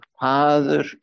Father